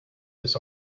this